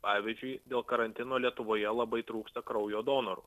pavyzdžiui dėl karantino lietuvoje labai trūksta kraujo donorų